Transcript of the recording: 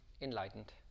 enlightened